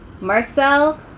Marcel